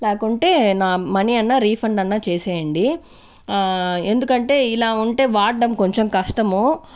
లేకుంటే నా మనీ అన్నా రిఫండ్ అన్నా చేసేయండి ఎందుకంటే ఇలా ఉంటే వాడడం కొంచెం కష్టమూ